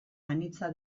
anitza